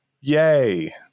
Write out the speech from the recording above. Yay